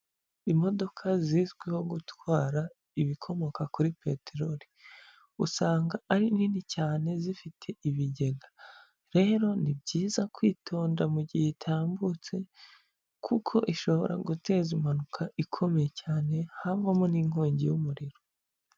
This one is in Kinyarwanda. Imodoka zizwiho gutwara ibikomoka kuri peterori usanga ari nini cyane zifite ibigega, rero ni byiza kwitonda mu gihe itambutse kuko ishobora guteza impanuka ikomeye cyane havamo n'inkongi y'umuriro.